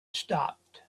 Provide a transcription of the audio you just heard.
stopped